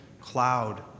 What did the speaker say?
cloud